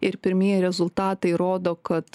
ir pirmieji rezultatai rodo kad